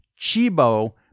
Chibo